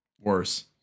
Worse